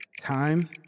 Time